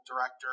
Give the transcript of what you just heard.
director